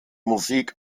musik